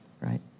right